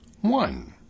One